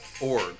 org